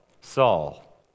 Saul